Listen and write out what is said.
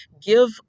give